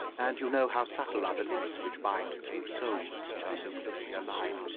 and you know how subtle are the links which bind two souls which are so closely allied.